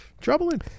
troubling